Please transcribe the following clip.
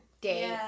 day